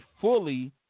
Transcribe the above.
fully